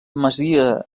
masia